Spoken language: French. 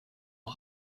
aux